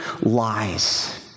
lies